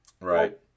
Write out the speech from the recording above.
right